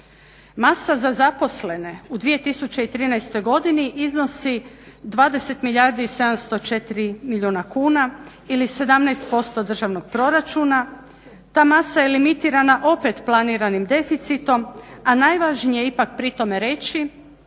Masa za zaposlene u 2013. iznosi 20 milijardi i 704 milijuna kuna ili 17% državnog proračuna. Ta masa je limitirana opet planiranim deficitom, a najvažnije je ipak pri tome reći